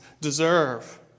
deserve